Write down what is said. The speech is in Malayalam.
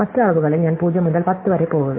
മറ്റ് അളവുകളിൽ ഞാൻ 0 മുതൽ 10 വരെ പോകുക